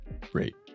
Great